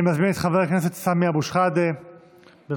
אני מזמין את חבר הכנסת סמי אבו שחאדה, בבקשה.